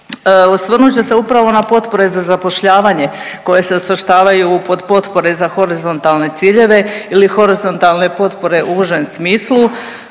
Osvrnut ću se upravo na potpore za zapošljavanje, koje se svrstavaju pod potpore za horizontalne ciljeve ili horizontalne potpore u užem smislu.